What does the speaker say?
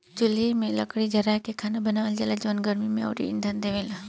चुल्हि में लकड़ी जारा के खाना बनावल जाला जवन गर्मी अउरी इंधन देवेला